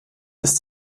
ist